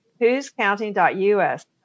whoscounting.us